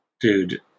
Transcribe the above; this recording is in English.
dude